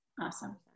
awesome